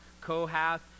Kohath